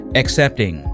accepting